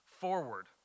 forward